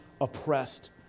oppressed